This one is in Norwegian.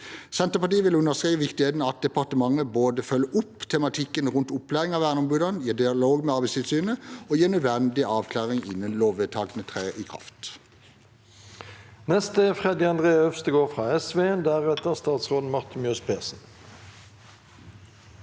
Senterpartiet vil understreke viktigheten av at departementet både følger opp tematikken rundt opplæring av verneombudene i dialog med Arbeidstilsynet og gir nødvendige avklaringer innen lovvedtakene trer i kraft.